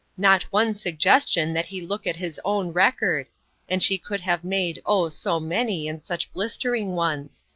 not one suggestion that he look at his own record and she could have made, oh, so many, and such blistering ones!